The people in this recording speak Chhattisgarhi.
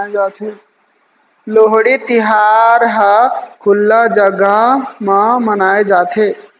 लोहड़ी तिहार ह खुल्ला जघा म मनाए जाथे